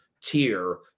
tier